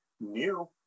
new